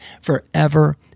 forever